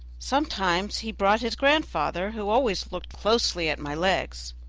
sometimes he brought his grandfather, who always looked closely at my legs.